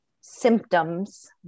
symptoms